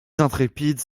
intrépides